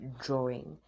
drawing